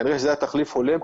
כנראה שזה היה תחליף הולם.